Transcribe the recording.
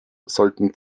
sollten